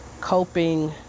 Coping